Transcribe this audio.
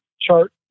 chart